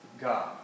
God